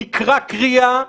נכרע כריעה,